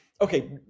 okay